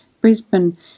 Brisbane